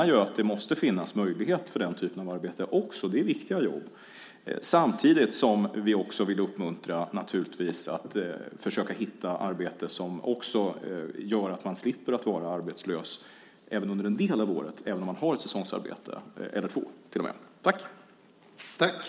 Vi menar att det måste finnas möjlighet för den här typen av arbete också; det är viktiga jobb. Samtidigt vill vi naturligtvis uppmuntra människor till att försöka hitta arbete som gör att man slipper att vara arbetslös under en del av året även om man har ett säsongsarbete eller till och med två.